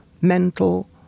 mental